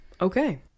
Okay